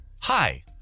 Hi